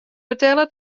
betelle